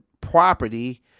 property